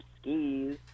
skis